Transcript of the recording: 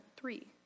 three